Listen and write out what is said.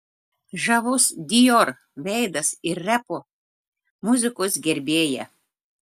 žavus dior veidas ir repo muzikos gerbėja